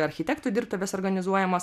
architektų dirbtuvės organizuojamos